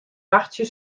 wachtsje